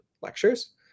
lectures